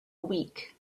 week